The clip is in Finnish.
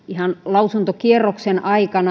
lausuntokierroksen aikana